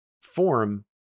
form